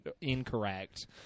incorrect